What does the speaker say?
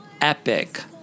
epic